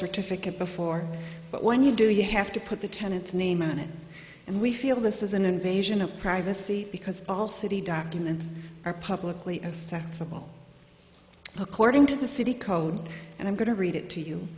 certificate before but when you do you have to put the tenants name on it and we feel this is an invasion of privacy because all city documents are publicly and sensible according to the city code and i'm going to read it to you